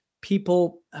people